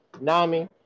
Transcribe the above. Nami